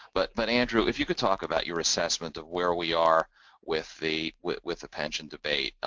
but but andrew if you could talk about your assessment of where we are with the, with with the pension debate.